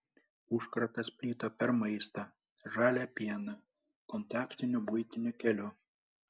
užkratas plito per maistą žalią pieną kontaktiniu buitiniu keliu